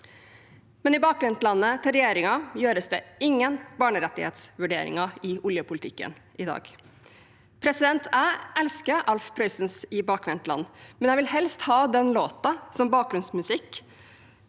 Men i bakvendtlandet til regjeringen gjøres det ingen barnerettighetsvurderinger i oljepolitikken i dag. Jeg elsker Alf Prøysens I bakvendtland, men jeg vil helst ha den låten som bakgrunnsmusikk